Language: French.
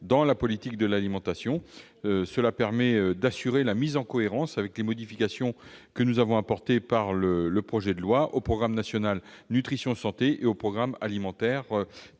dans la politique de l'alimentation. Cela permettra d'assurer une cohérence avec les modifications apportées par le projet de loi au programme national nutrition santé et aux programmes alimentaires